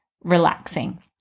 relaxing